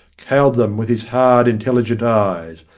cowed them with his hard, intelli gent eyes,